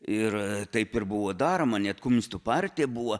ir taip ir buvo daroma net komunistų partija buvo